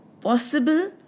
possible